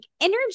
energy